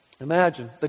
Imagine